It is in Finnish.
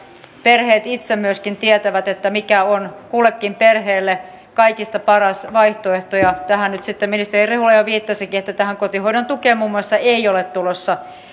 perheet itse myöskin tietävät mikä on kullekin perheelle kaikista paras vaihtoehto tähän nyt sitten ministeri rehula jo viittasikin että tähän kotihoidon tukeen muun muassa ei ole tulossa